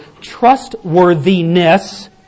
trustworthiness